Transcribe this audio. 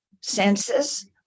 senses